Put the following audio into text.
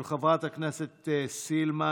היא של חברי הכנסת סילמן,